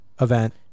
event